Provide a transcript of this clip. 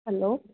hello